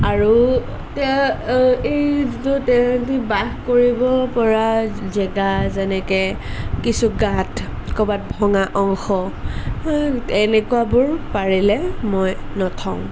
আৰু এই তাহাঁতি বাস কৰিব পৰা জেগা যেনেকৈ কিছু গাঁত ক'ৰবাত ভঙা অংশ এনেকুৱাবোৰ পাৰিলে মই নথওঁ